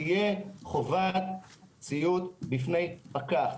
תהיה חובת ציות בפני פקח,